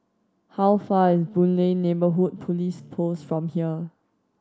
how far is Boon Lay Neighbourhood Police Post from here